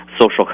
social